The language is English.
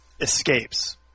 escapes